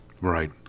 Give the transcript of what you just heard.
Right